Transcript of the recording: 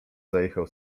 zajechał